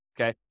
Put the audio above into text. Okay